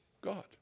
God